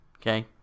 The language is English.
Okay